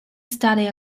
studied